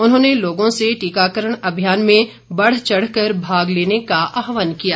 उन्होंने लोगों से टीकाकरण अभियान में बढ़ चढ़ कर भाग लेने का आहवान किया है